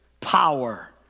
power